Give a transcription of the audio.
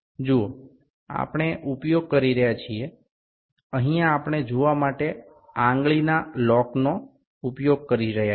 જુઓ આપણે ઉપયોગ કરી રહ્યા છીએ અહીંયા આપણે જોવા માટે આંગળીના લોકનો ઉપયોગ કરી રહ્યાં છીએ